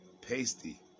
pasty